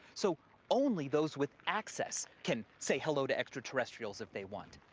so only those with access can say hello to extraterrestrials if they want.